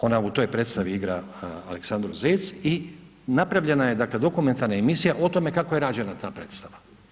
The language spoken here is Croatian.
Ona u toj predstavi igra Aleksandru Zec i napravljena je, dakle, dokumentarna emisija o tome kako je rađena ta predstava.